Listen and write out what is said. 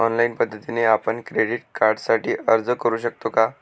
Online पद्धतीने आपण credit कार्डसाठी अर्ज करु शकतो का?